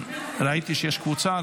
ראיתי שיש קבוצה,